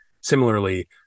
similarly